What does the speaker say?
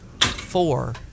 four